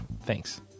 thanks